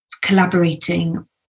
collaborating